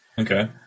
Okay